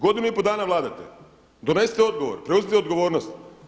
Godinu i pol dana vladate, donesite odgovor, preuzmite odgovornost.